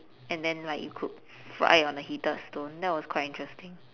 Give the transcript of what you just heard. and then like it could fry on the heated stone that was quite interesting